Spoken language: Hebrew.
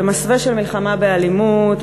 במסווה של מלחמה באלימות,